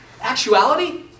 actuality